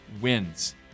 wins